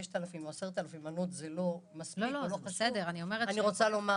ש-5,000 או 10,000 מנות זה לא מספיק או לא חשוב אני רוצה לומר,